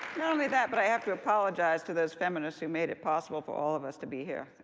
not only that, but i have to apologize to those feminists who made it possible for all of us to be here.